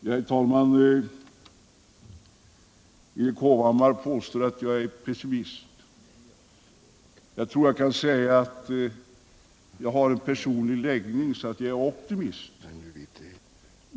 Herr talman! Erik Hovhammar påstår att jag är pessimist. Jag tror jag kan säga att jag har en sådan personlig läggning att jag är optimist.